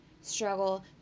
struggle